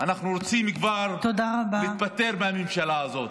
אנחנו רוצים כבר להיפטר מהממשלה הזאת,